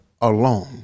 alone